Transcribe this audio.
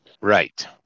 Right